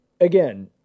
Again